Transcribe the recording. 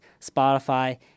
Spotify